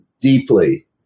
deeply